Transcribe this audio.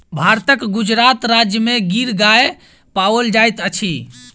भारतक गुजरात राज्य में गिर गाय पाओल जाइत अछि